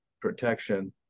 Protection